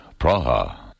Praha